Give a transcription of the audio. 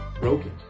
broken